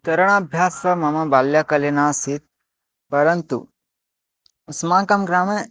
तरणाभ्यासः मम बाल्यकले नासीत् परन्तु अस्माकं ग्रामे